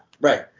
right